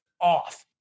off